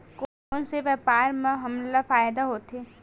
कोन से व्यापार म हमला फ़ायदा होथे?